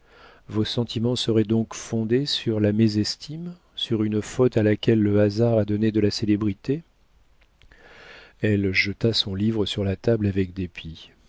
vos sentiments seraient donc fondés sur la mésestime sur une faute à laquelle le hasard a donné de la célébrité elle jeta son livre sur la table avec dépit